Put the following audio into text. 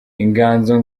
inganzo